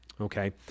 Okay